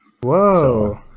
Whoa